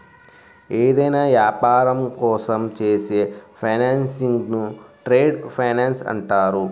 ఏదైనా యాపారం కోసం చేసే ఫైనాన్సింగ్ను ట్రేడ్ ఫైనాన్స్ అంటారు